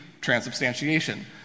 transubstantiation